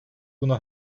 buna